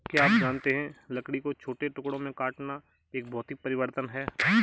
क्या आप जानते है लकड़ी को छोटे टुकड़ों में काटना एक भौतिक परिवर्तन है?